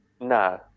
No